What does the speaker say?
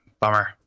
Bummer